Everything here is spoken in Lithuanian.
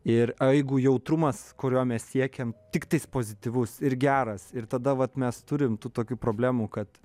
ir jeigu jautrumas kurio mes siekiam tiktai pozityvus ir geras ir tada vat mes turim tų tokių problemų kad